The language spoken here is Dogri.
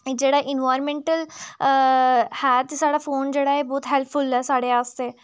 जेह्ड़ा एनवायरमेंटल अ ऐ ते साढ़ा फोन जेह्ड़ा ऐ बहोत हेल्पफुल साढ़े आस्तै